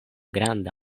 granda